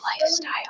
lifestyle